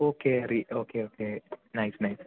ഓ കയറി okay okay nice nice